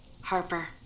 Harper